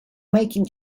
making